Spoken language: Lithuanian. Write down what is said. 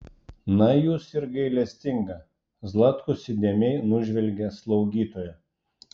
na jūs ir gailestinga zlatkus įdėmiai nužvelgė slaugytoją